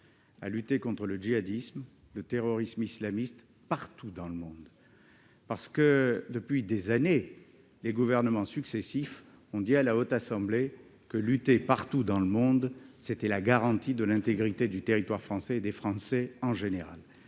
à lutter contre le djihadisme et le terrorisme islamiste partout dans le monde. Depuis des années, les gouvernements successifs ont dit à la Haute Assemblée que lutter partout dans le monde, c'était garantir l'intégrité du territoire français et la sécurité des Français en général.